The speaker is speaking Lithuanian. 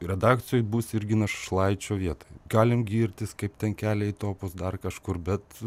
redakcijoj būsi irgi našlaičio vietoj galim girtis kaip ten kelia į topus dar kažkur bet